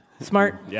Smart